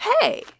Hey